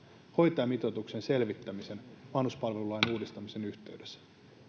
hoitajamitoituksen selvittämisen vanhuspalvelulain uudistamisen yhteydessä